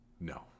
No